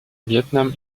vietnam